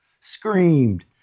screamed